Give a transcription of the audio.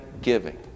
giving